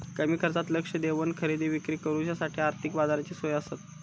कमी खर्चात लक्ष देवन खरेदी विक्री करुच्यासाठी आर्थिक बाजाराची सोय आसता